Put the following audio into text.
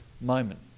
moment